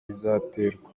bizaterwa